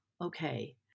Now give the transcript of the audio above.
Okay